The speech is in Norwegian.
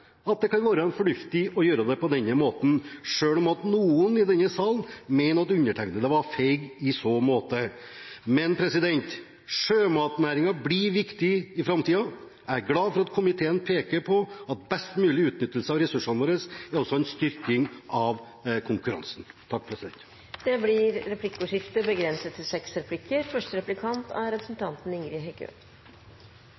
at det kan være fornuftig å gjøre det på denne måten, selv om noen i denne salen mener at undertegnede var feig i så måte. Sjømatnæringen blir viktig i framtiden. Jeg er glad for at komiteen peker på at best mulig utnyttelse av ressursene våre også er en styrking av konkurransen. Det blir replikkordskifte. Fiskeriministeren er i fleire aviser referert på at det å setja ned ein kommisjon som skal sjå på leveringspliktene, er